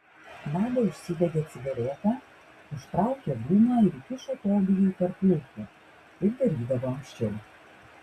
nadia užsidegė cigaretę užtraukė dūmą ir įkišo tobijui tarp lūpų kaip darydavo anksčiau